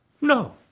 No